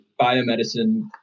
biomedicine